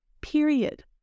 Period